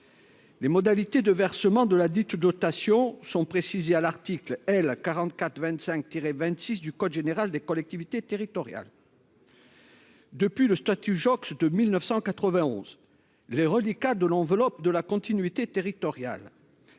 Les modalités de versement de la dite dotations sont précisés à l'article L. 44 25 tiré 26 du code général des collectivités territoriales. Depuis le statut Joxe de 1991 les reliquats de l'enveloppe de la continuité territoriale